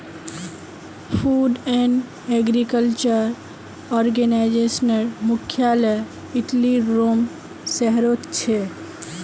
food and agriculture आर्गेनाईजेशनेर मुख्यालय इटलीर रोम शहरोत छे